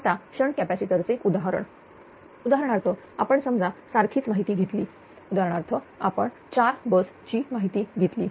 आता shunt capacitor चे उदाहरण उदाहरणार्थ आपण समजा सारखीच माहिती घेतली उदाहरणार्थ आपण 4 बस ची माहिती घेतली